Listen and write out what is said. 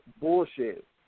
bullshit